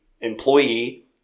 employee